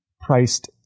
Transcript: priced